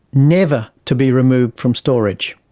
never to be removed from storage.